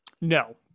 No